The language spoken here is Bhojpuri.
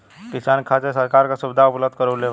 किसान के खातिर सरकार का सुविधा उपलब्ध करवले बा?